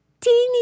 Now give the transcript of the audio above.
Teeny